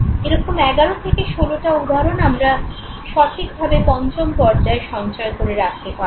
এরকম 11 16টা উদাহরণ আমরা সঠিক ভাবে পঞ্চম পর্যায়ে সঞ্চয় করে রাখতে পারবো